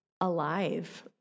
alive